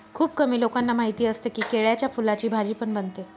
खुप कमी लोकांना माहिती असतं की, केळ्याच्या फुलाची भाजी पण बनते